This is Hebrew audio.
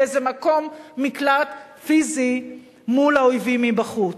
כאיזה מקום מקלט פיזי מול האויבים מבחוץ.